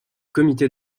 comité